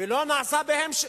ולא נעשה בהן שימוש.